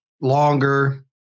longer